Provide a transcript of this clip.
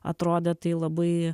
atrodė tai labai